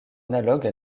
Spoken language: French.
analogue